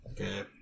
Okay